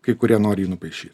kai kurie nori jį nupaišyt